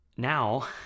Now